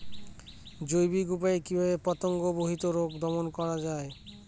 জৈবিক উপায়ে কিভাবে পতঙ্গ বাহিত রোগ দমন করা যায়?